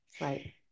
Right